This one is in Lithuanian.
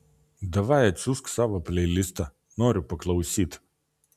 davai atsiųsk savo pleilistą noriu paklausyt